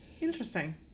Interesting